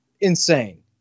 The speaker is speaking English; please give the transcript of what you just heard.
Insane